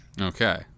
Okay